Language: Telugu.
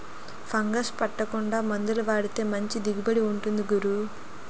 ఫంగస్ పట్టకుండా మందులు వాడితే మంచి దిగుబడి ఉంటుంది గురూ